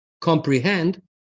comprehend